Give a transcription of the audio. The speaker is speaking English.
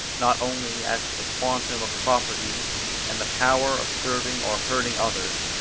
not only as to the quantum of property and the power of serving or hurting others,